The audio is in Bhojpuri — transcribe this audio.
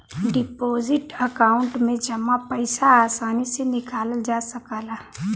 डिपोजिट अकांउट में जमा पइसा आसानी से निकालल जा सकला